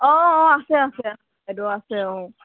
অঁ অঁ আছে আছে এইটো আছে অঁ